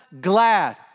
glad